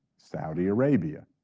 saudi arabia.